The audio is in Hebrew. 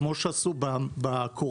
כמו שעשו בקורונה,